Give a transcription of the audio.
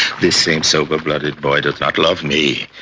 this same sober blooded boy to talk love me.